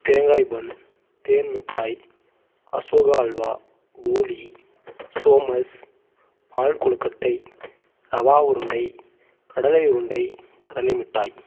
தேங்காய் பன் தேன் மிட்டாய் அசோகா அல்வா போளி சோமாஸ் பால் கொழுக்கட்டை ரவா உருண்டை கடலை உருண்டை கடலை மிட்டாய்